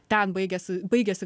ten baigiasi baigiasi